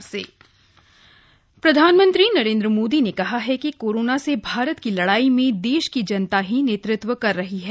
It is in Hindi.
मन की बात प्रधानमंत्री नरेन्द्र मोदी ने कहा है कि कोरोना से भारत की लड़ाई में देश की जनता ही नेतृत्व कर रही है